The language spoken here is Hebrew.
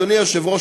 אדוני היושב-ראש,